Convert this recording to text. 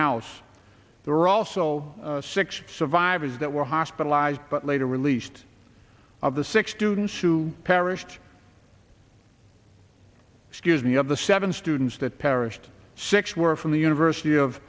house there are also six survivors that were hospitalized but later released of the six students who perished excuse me of the seven students that perished six were from the university of